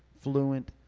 fluent